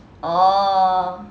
oh